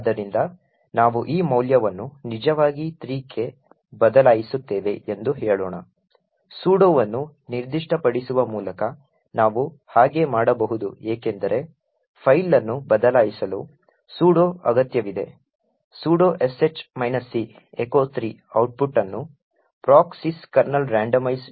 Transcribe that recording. ಆದ್ದರಿಂದ ನಾವು ಈ ಮೌಲ್ಯವನ್ನು ನಿಜವಾಗಿ 3 ಕ್ಕೆ ಬದಲಾಯಿಸುತ್ತೇವೆ ಎಂದು ಹೇಳೋಣ ಸೂಡೊವನ್ನು ನಿರ್ದಿಷ್ಟಪಡಿಸುವ ಮೂಲಕ ನಾವು ಹಾಗೆ ಮಾಡಬಹುದು ಏಕೆಂದರೆ ಫೈಲ್ ಅನ್ನು ಬದಲಾಯಿಸಲು ಸೂಡೊ ಅಗತ್ಯವಿದೆ sudo sh c "echo 3" output ಅನ್ನು procsyskernelrandomize va space ಗೆ ಮರುನಿರ್ದೇಶಿಸುತ್ತದೆ